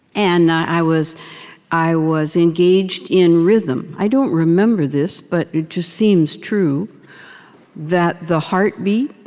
and i was i was engaged in rhythm. i don't remember this, but it just seems true that the heartbeat